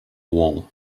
wall